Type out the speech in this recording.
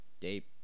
Deep